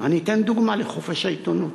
אני אתן דוגמה לחופש העיתונות.